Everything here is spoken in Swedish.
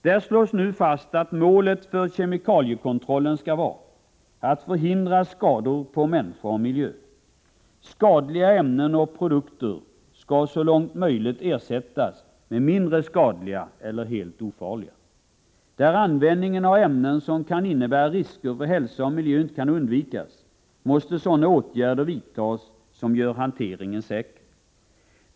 Där slås nu fast att målet för kemikaliekontrollen skall vara att förhindra skador på människor och miljö. Skadliga ämnen och produkter skall så långt möjligt ersättas med mindre skadliga eller helt ofarliga. Där användningen av ämnen som kan innebära risker för hälsa och miljö inte kan undvikas, måste sådana åtgärder vidtas som gör hanteringen säker.